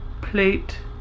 plate